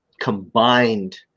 combined